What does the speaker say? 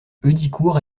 heudicourt